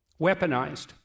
weaponized